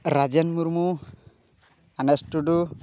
ᱨᱟᱡᱮᱱ ᱢᱩᱨᱢᱩ ᱟᱱᱟᱮᱥ ᱴᱩᱰᱩ